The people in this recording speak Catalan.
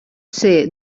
ser